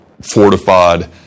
fortified